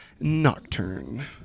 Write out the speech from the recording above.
Nocturne